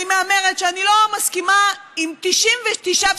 אני מהמרת שאני לא מסכימה עם 99.9%